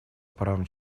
правам